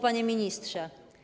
Panie Ministrze!